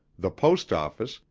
the post office,